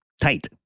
Tight